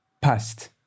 Past